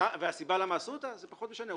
והסיבה למה עשו אותה זה פחות משנה.